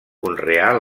conrear